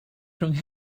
rhwng